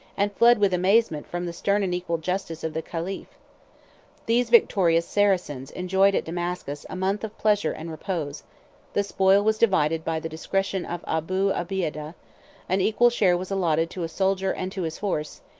and fled with amazement from the stern and equal justice of the caliph these victorious saracens enjoyed at damascus a month of pleasure and repose the spoil was divided by the discretion of abu obeidah an equal share was allotted to a soldier and to his horse,